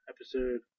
episode